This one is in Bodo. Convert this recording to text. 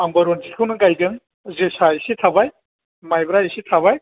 आंबो रन्जितखौनो गायदों जोसा एसे थाबाय माइब्रा एसे थाबाय